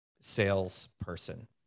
salesperson